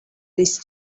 this